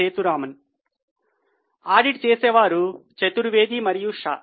Setu Raman audit చేసేవారు చతుర్వేది మరియు షా